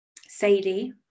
Sadie